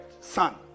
son